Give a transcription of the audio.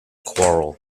quarrel